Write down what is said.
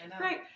Right